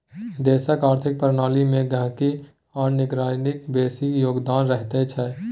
देशक आर्थिक प्रणाली मे गहिंकी आ नौकरियाक बेसी योगदान रहैत छै